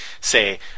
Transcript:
say